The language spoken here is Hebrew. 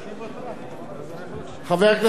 הכנסת רותם, טרם הכרזנו על תוצאות ההצבעה.